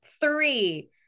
three